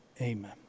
Amen